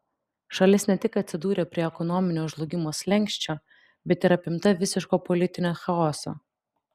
šalis ne tik atsidūrė prie ekonominio žlugimo slenksčio bet ir apimta visiško politinio chaoso